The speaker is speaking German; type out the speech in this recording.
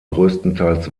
größtenteils